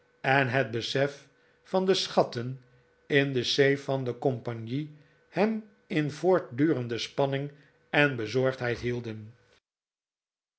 en het besef van de schatten in de safe van de compagnie hem in voortdurende spanning en bezorgdheid hielden